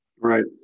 Right